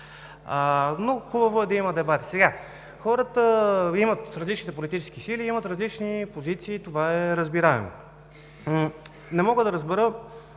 хубаво е да има дебати. Различните политически сили имат различни позиции и това е разбираемо. Не мога да разбера